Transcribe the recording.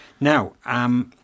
Now